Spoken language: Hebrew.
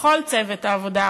לכל צוות ועדת העבודה,